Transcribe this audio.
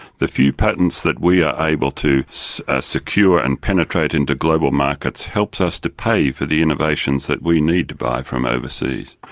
the few patents that we are able to so ah secure and penetrate into global markets helps us to pay for the innovations that we need to buy from overseas.